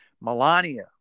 Melania